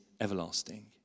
everlasting